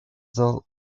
зал